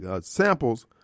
samples